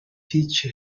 teach